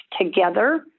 together